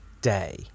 day